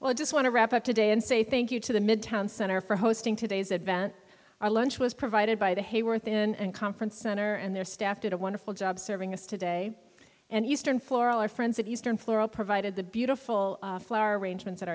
well i just want to wrap up today and say thank you to the midtown center for hosting today's event our lunch was provided by the hayworth and conference center and their staff did a wonderful job serving us today and eastern florida our friends at eastern floral provided the beautiful flower arrangements